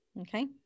Okay